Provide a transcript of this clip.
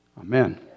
amen